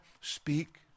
speak